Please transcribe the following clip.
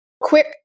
Quick